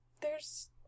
there's-